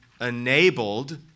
enabled